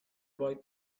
boy